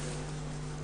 תשובה לתת לך.